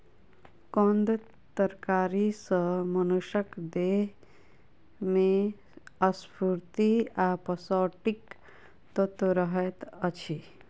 कंद तरकारी सॅ मनुषक देह में स्फूर्ति आ पौष्टिक तत्व रहैत अछि